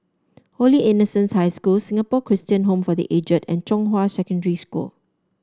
Holy Innocents' High School Singapore Christian Home for The Aged and Zhonghua Secondary School